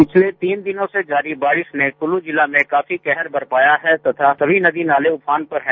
पिछले तीन दिनो से जारी बारिश ने कुल्लू ज़िला मे काफी कहर बरपाया है तथा सभी नदी नाले उफान पर है